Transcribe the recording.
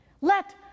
Let